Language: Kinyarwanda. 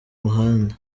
muhanda